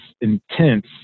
intense